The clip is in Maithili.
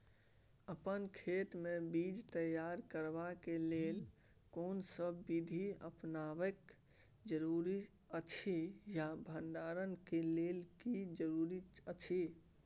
अपन खेत मे बीज तैयार करबाक के लेल कोनसब बीधी अपनाबैक जरूरी अछि आ भंडारण के लेल की जरूरी अछि?